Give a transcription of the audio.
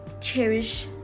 cherish